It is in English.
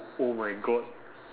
oh my god